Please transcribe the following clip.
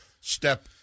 step